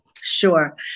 Sure